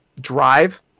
drive